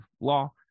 law